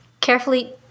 carefully